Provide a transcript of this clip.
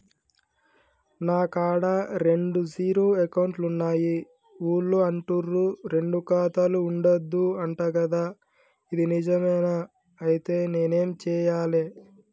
నా కాడా రెండు జీరో అకౌంట్లున్నాయి ఊళ్ళో అంటుర్రు రెండు ఖాతాలు ఉండద్దు అంట గదా ఇది నిజమేనా? ఐతే నేనేం చేయాలే?